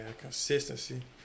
Consistency